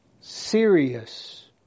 serious